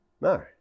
no